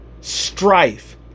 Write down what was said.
strife